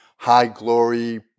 high-glory